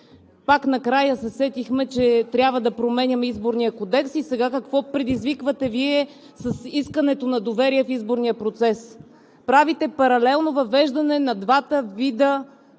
Пак накрая се сетихме, че трябва да променяме Изборния кодекс. Сега какво Вие предизвиквате с искането на доверие в изборния процес? Правите паралелно въвеждане на двата вида